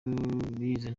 bize